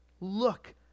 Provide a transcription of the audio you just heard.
look